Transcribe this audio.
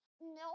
No